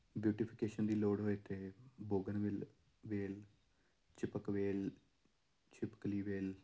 beautification ਦੀ ਲੋੜ ਹੋਏ ਅਤੇ ਭੋਗਣਵਿਲ ਵੇਲ ਚਿਪਕਵੇਲ ਛਿਪਕਲੀ ਵੇਲ